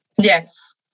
Yes